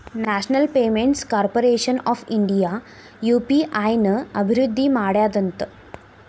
national payments corporation of India UPI ನ ಅಭಿವೃದ್ಧಿ ಮಾಡ್ಯಾದಂತ